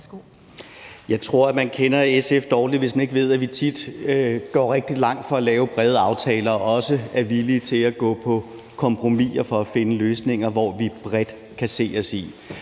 Jeg tror, at man kender SF dårligt, hvis man ikke ved, at vi tit går rigtig langt for at lave brede aftaler og også er villige til at gå på kompromis for at finde løsninger, som vi bredt kan se os i.